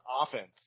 offense